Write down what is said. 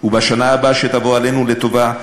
ובשנה הבאה שתבוא עלינו לטובה,